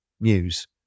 news